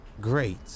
Great